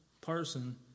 person